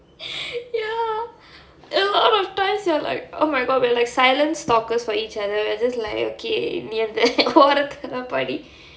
ya out of twice we are like oh my god we are like silent stalkers for each other we are just like okay நீ அத ஓரத்துல படி:nee atha orathula padi